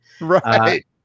Right